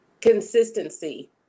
Consistency